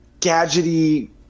gadgety